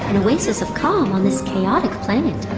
an oasis of calm on this chaotic planet.